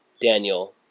Daniel